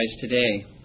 today